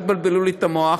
אל תבלבלו לי את המוח,